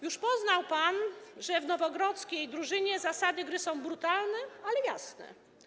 Już poznał pan, że w nowogrodzkiej drużynie zasady gry są brutalne, ale jasne.